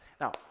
Now